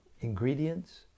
ingredients